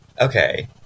Okay